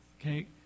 Okay